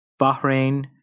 Bahrain